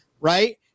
right